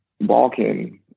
Balkan